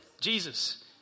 Jesus